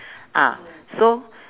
ah so